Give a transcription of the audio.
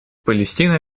палестина